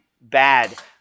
bad